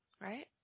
right